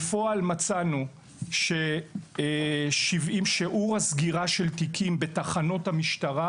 בפועל מצאנו ששיעור הסגירה של תיקים בתחנות המשטרה